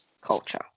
culture